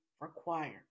required